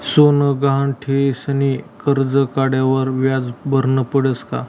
सोनं गहाण ठीसनी करजं काढावर व्याज भरनं पडस का?